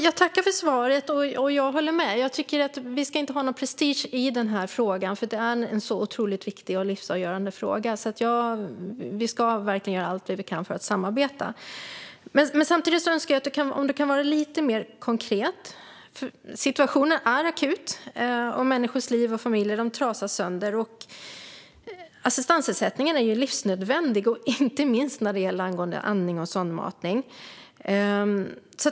Jag tackar för svaret. Och jag håller med om att det inte ska vara prestige i den här frågan. Det är en så otroligt viktig och livsavgörande fråga, så vi ska verkligen göra allt vi kan för att samarbeta. Samtidigt önskar jag att du kan vara lite mer konkret. Situationen är akut. Enskilda människors och familjers liv trasas sönder. Assistansersättningen är ju livsnödvändig, inte minst när det gäller andning och sondmatning.